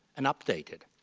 and updated.